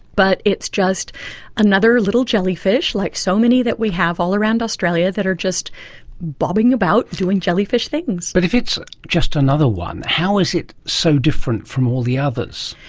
but it's just another little jellyfish like so many that we have all around australia that are just bobbing about doing jellyfish things. but if it's just another one, how is it so different from all the others?